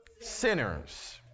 Sinners